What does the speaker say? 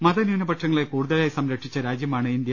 മതന്യൂനപക്ഷങ്ങളെ കൂടുതലായി സംരക്ഷിച്ച രാജ്യമാണ് ഇന്ത്യ